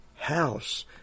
House